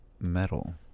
metal